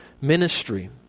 ministry